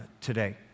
today